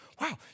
Wow